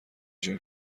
جون